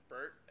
Bert